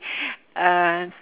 uh